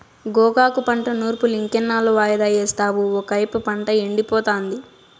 గోగాకు పంట నూర్పులింకెన్నాళ్ళు వాయిదా యేస్తావు ఒకైపు పంట ఎండిపోతాంది